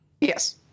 Yes